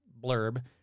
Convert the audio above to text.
blurb